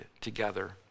together